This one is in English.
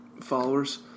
followers